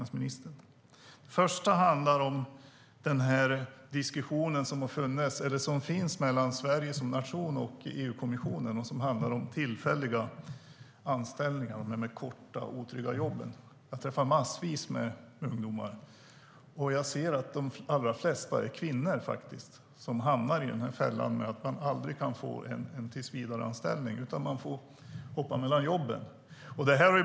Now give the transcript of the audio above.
Den första handlar om den diskussion som förs mellan Sverige som nation och EU-kommissionen om tillfälliga anställningar och korta och otrygga jobb. Jag träffar massvis med ungdomar. De allra flesta som hamnar i fällan där de aldrig kan få en tillsvidareanställning utan får hoppa mellan jobben är kvinnor.